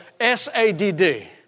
SADD